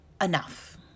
enough